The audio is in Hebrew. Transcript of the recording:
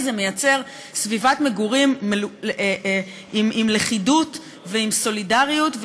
זה מייצר סביבת מגורים עם לכידות ועם סולידריות,